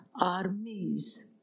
armies